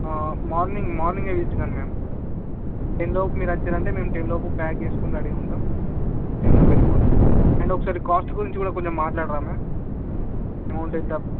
morning morning eight కాదు ma'am టెన్లోపు మీరు వచ్చారు అంటే మేము టెన్లోపు ప్యాక్ చేసుకుని రెడీగా ఉంటాం టెన్లోపు వెళ్ళిపోవచ్చు అండ్ ఒకసారి కాస్ట్ గురించి కూడా కొంచెం మాట్లాడతారా మామ్ అమౌంట్ ఎంత